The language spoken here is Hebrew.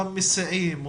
אותם מסיעים.